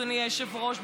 אדוני היושב-ראש,